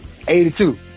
82